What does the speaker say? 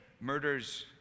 murders